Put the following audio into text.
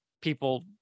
people